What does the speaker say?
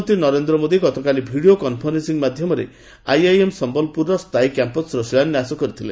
ପ୍ରଧାନମନ୍ତ୍ରୀ ନରେନ୍ଦ୍ର ମୋଦି ଗତକାଲି video conferencing ମାଧ୍ୟମରେ ଆଇଆଇଏମ୍ ସମ୍ଭଲପୁରର ସ୍ଥାୟୀ କ୍ୟାମ୍ପସ୍ର ଶିଳାନ୍ୟାସ କରିଥିଲେ